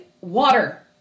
water